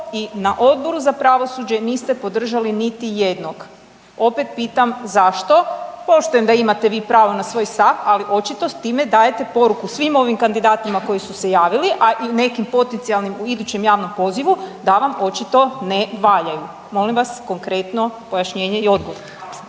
i na Odboru za pravosuđe niste podržali niti jednog. Opet pitam zašto, poštujem da imate vi pravo na svoj stav, ali očito time dajete poruku svim ovim kandidatima koji su se javili, a i nekim potencijalnim u idućem javnom pozivu da vam očito ne valjaju. Molim vas konkretno pojašnjenje i odgovor.